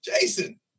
Jason